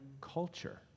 culture